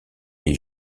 les